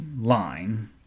line